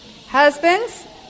Husbands